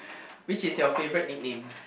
which is your favourite nickname